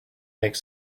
make